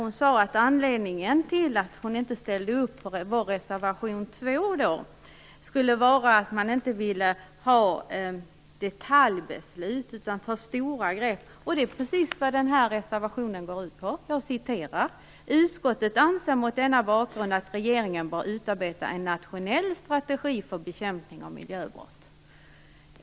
Hon sade att anledningen till att hon inte ställde upp på vår reservation 2 skulle vara att man inte ville ha detaljbeslut utan ta stora grepp. Det är precis vad den här reservationen går ut på: "Utskottet anser mot denna bakgrund att regeringen bör utarbeta en nationell strategi för bekämpning av miljöbrott."